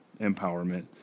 empowerment